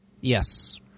Yes